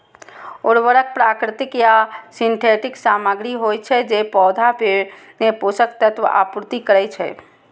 उर्वरक प्राकृतिक या सिंथेटिक सामग्री होइ छै, जे पौधा मे पोषक तत्वक आपूर्ति करै छै